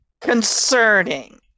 Concerning